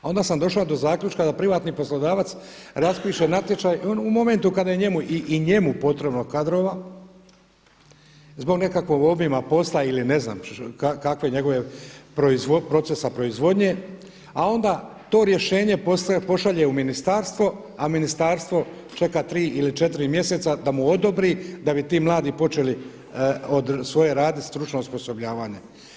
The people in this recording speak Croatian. Onda sam došao do zaključka da privatni poslodavac raspiše natječaj onda u momentu kada je i njemu potrebno kadrova zbog nekakvog obima posla ili ne znam, kakve njegove, procesa proizvodnje a onda to rješenje pošalje u ministarstvo a ministarstvo čeka 3 ili 4 mjeseca da mu odobri da bi ti mladi počeli svoje raditi stručno osposobljavanje.